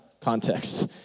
context